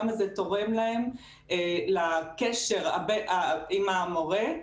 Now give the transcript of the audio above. כמה זה תורם להם לקשר עם המורה,